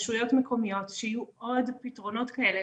הרשויות המקומיות שיהיו עוד פתרונות כאלה.